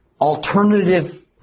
alternative